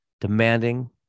demanding